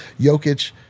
Jokic